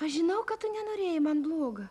aš žinau kad tu nenorėjai man bloga